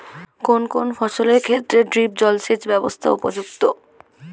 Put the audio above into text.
কোন কোন ফসলের ক্ষেত্রে ড্রিপ জলসেচ ব্যবস্থা উপযুক্ত?